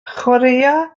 chwaraea